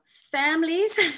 Families